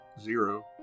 Zero